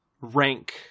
rank